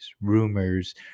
rumors